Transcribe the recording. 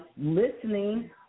listening